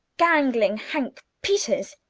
gangling hank peters.